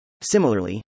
Similarly